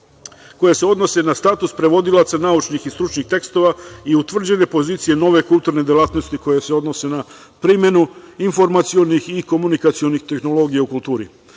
koje se odnose na status prevodilaca naučnih i stručnih tekstova i utvrđene pozicije nove kulturne delatnosti koje se odnose na primenu informacionih i komunikacionih tehnologija u